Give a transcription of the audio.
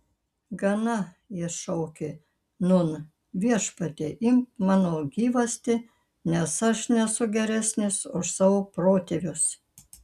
gana jis šaukė nūn viešpatie imk mano gyvastį nes aš nesu geresnis už savo protėvius